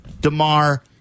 DeMar